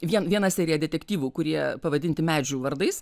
vien vieną seriją detektyvų kurie pavadinti medžių vardais